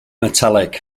metallic